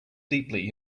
deeply